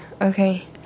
Okay